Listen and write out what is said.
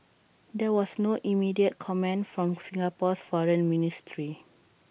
there was no immediate comment from Singapore's foreign ministry